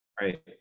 right